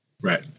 right